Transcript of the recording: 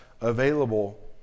available